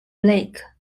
blake